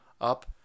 up